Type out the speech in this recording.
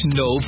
no